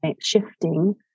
shifting